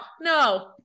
No